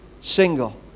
single